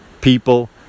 people